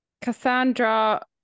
Cassandra